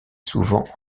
souvent